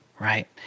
right